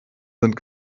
sind